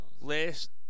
Last